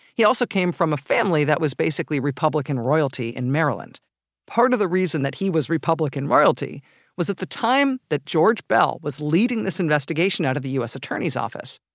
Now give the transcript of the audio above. he also came from a family that was basically republican royalty in maryland part of the reason that he was republican royalty was at the time that george beall was leading this investigation out of the u s. attorney's office,